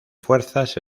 fuerzas